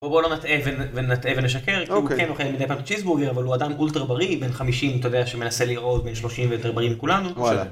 בא לא ונטעה ונשקר כי הוא כן אוכל מידי פעם צ'יזבורגר אבל הוא אדם אולטרה בריא בן 50 אתה יודע שמנסה להראות בן 30 ויותר בריא כולנו.